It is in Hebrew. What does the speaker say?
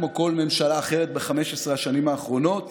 כמו כל ממשלה אחרת ב-15 השנים האחרונות